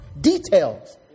Details